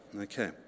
Okay